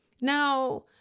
Now